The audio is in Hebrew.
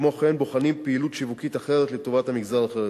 וכמו כן בוחנים פעילות שיווקית אחרת לטובת המגזר החרדי.